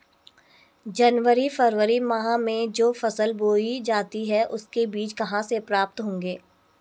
जनवरी फरवरी माह में जो फसल बोई जाती है उसके बीज कहाँ से प्राप्त होंगे?